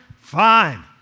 Fine